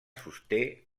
sosté